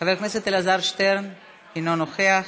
חבר הכנסת אלעזר שטרן, אינו נוכח.